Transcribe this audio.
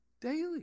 daily